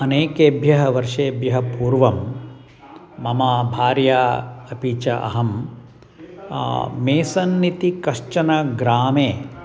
अनेकेभ्यः वर्षेभ्यः पूर्वं मम भार्या अपि च अहं मेसन् इति कश्चन ग्रामे